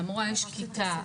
למורה יש כיתה,